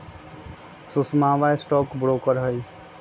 सुषमवा stock broker हई